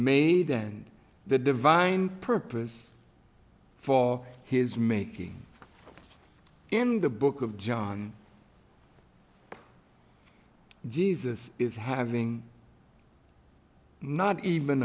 made and the divine purpose for his making in the book of john jesus is having not even